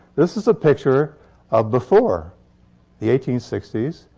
this is a picture of before the eighteen sixty s.